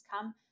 come